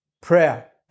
prayer